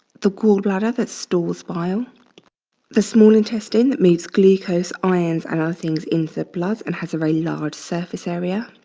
the gall bladder that stores bile the small intestine that moves glucose, ions and other things into the blood and has a very large surface area